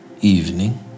evening